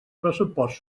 pressupost